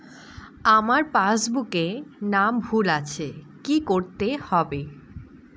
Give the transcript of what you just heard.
আমার পাসবুকে নাম ভুল আছে কি করতে হবে?